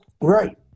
Right